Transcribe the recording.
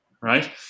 right